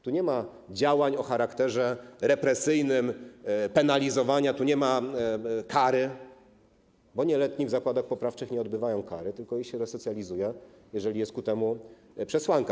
Tu nie ma działań o charakterze represyjnym, penalizowania, tu nie ma kary, bo nieletni w zakładach poprawczych nie odbywają kary, tylko ich się resocjalizuje, jeżeli jest ku temu przesłanka.